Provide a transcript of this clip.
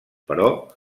però